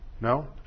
No